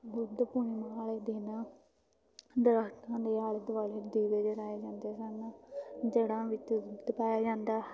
ਬੁੱਧ ਪੂਰਨਿਮਾ ਵਾਲੇ ਦਿਨ ਦਰਖਤਾਂ ਦੇ ਆਲੇ ਦੁਆਲੇ ਦੀਵੇ ਜਲਾਏ ਜਾਂਦੇ ਸਨ ਜੜ੍ਹਾਂ ਵਿੱਚ ਦੁੱਧ ਪਾਇਆ ਜਾਂਦਾ